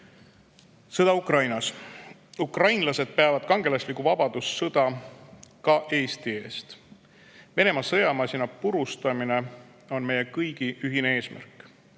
Ukrainas. Ukrainlased peavad kangelaslikku vabadussõda ka Eesti eest. Venemaa sõjamasina purustamine on meie kõigi ühine eesmärk.